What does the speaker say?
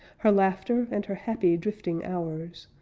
her laughter, and her happy, drifting hours,